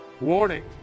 Warning